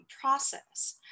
process